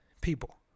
people